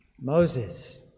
Moses